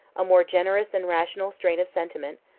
a more generous and rational strain of sentiment,